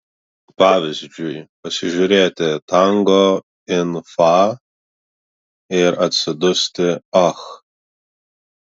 pavyzdžiui pasižiūrėti tango in fa ir atsidusti ach